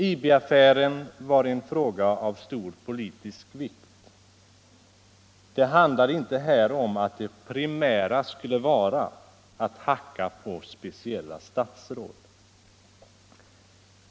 IB-affären var en fråga av stor politisk vikt. Det primära var inte här att hacka på speciella statsråd.